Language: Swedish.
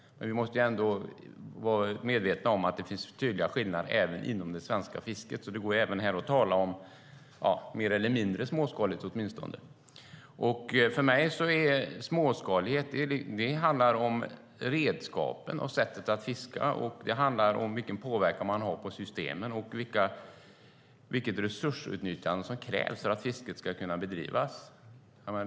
Men vi måste vara medvetna om att det finns tydliga skillnader även inom det svenska fisket. Det går även här att tala om mer eller mindre småskaligt fiske åtminstone. För mig handlar småskalighet om redskapen och sättet att fiska, och det handlar om vilken påverkan det får på systemen och vilket resursutnyttjande som krävs för att fisket ska kunna bedrivas.